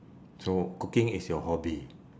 so cooking is your hobby